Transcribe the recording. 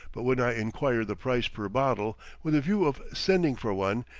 but when i inquire the price per bottle, with a view of sending for one,